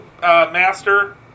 Master